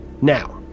Now